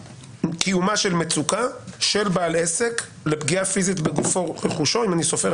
קיומה של מצוקה של בעל עסק לפגיעה פיזית בגופו וברכושו - אם אני סופר,